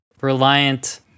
reliant